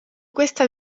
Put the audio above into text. questa